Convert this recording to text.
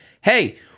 hey